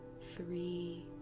three